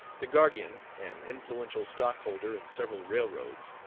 the guardian, an influential stockholder in several railroads,